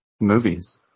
movies